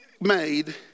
made